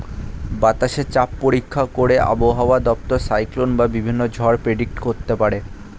বাতাসে চাপ পরীক্ষা করে আবহাওয়া দপ্তর সাইক্লোন বা বিভিন্ন ঝড় প্রেডিক্ট করতে পারে